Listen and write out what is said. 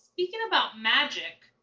speaking about magic,